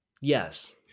Yes